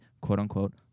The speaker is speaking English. quote-unquote